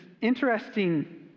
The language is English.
interesting